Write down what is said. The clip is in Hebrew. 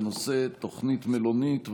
בנושא: תוכנית מלונית.